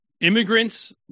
immigrants